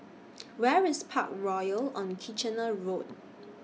Where IS Parkroyal on Kitchener Road